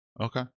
Okay